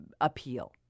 appeal